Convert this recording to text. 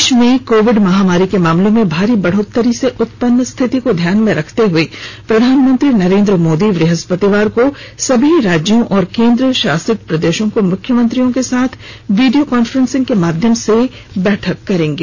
देश में कोविड महामारी के मामलों में भारी बढ़ोतरी से उत्पन्न स्थिति को ध्यान में रखते हुए प्रधानमंत्री नरेंद्र मोदी बृहस्पतिवार को सभी राज्यों और केंद्रशासित प्रदेशों के मुख्यमंत्रियों के साथ वीडियो कांफ्रेंस के माध्यम से बैठक करेंगे